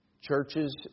Churches